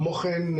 כמו כן,